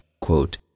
quote